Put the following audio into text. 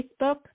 facebook